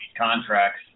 contracts